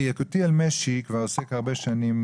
יקותיאל משי כבר עוסק בנושא הרבה שנים,